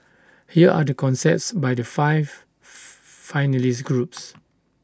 here are the concepts by the five finalist groups